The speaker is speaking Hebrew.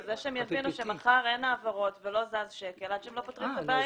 בזה שהם יבינו שמחר אין העברות ולא זז שקל עד שהם לא פותרים את הבעיה.